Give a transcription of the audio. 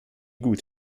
gut